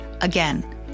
Again